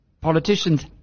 politicians